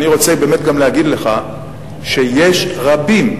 אני רוצה באמת גם להגיד לך שיש רבים,